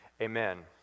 amen